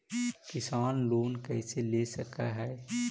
किसान लोन कैसे ले सक है?